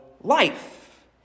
life